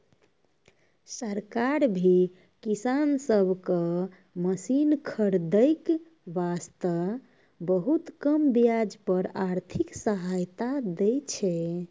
सरकार भी किसान सब कॅ मशीन खरीदै वास्तॅ बहुत कम ब्याज पर आर्थिक सहायता दै छै